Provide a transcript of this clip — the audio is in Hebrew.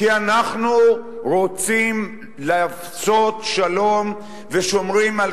כי אנחנו רוצים לעשות שלום ושומרים על